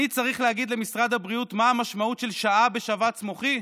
אני צריך להגיד למשרד הבריאות מה המשמעות של שעה בשבץ מוחי?